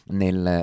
nel